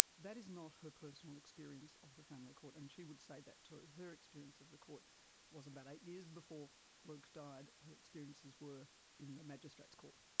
that is not her personal experience of the family court and she would say that too. ah her experience of the court was about eight years before luke died. her experiences were in the magistrates court.